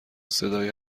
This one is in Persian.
صدای